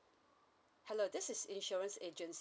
hello this is insurance agency